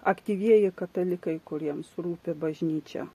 aktyvieji katalikai kuriems rūpi bažnyčia